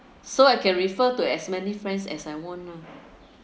so I can refer to as many friends as I want lah